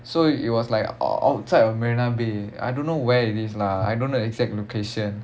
so it was like outside of marina bay I don't know where it is lah I don't know the exact location